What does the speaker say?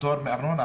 פטור מארנונה,